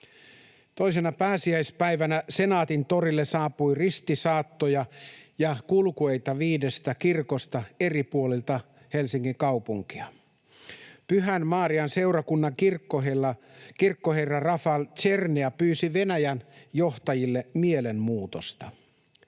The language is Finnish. Toisena pääsiäispäivänä Senaatintorille saapui ristisaattoja ja kulkueita viidestä kirkosta eri puolilta Helsingin kaupunkia. Pyhän Marian seurakunnan kirkkoherra Rafał Czernia pyysi Venäjän johtajille mielenmuutosta: